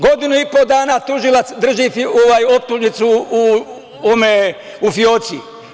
Godinu i po dana tužilac drži optužnicu u fioci.